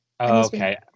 Okay